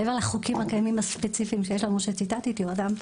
מעבר לחוקים הקיימים הספציפיים שיש לנו שציטטתי אותם,